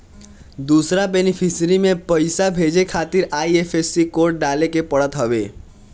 दूसरा बेनिफिसरी में पईसा भेजे खातिर आई.एफ.एस.सी कोड डाले के पड़त हवे